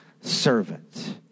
servant